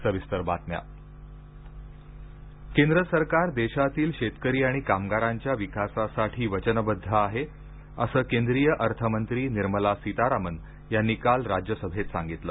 निर्मला सीतारामन केंद्र सरकार देशातील शेतकरी आणि कामगारांच्या विकासासाठी वचनबद्ध आहे अस केंद्रीय अर्थमंत्री निर्मला सीतारामन यांनी काल राज्यसभेत सांगितल